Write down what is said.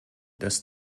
des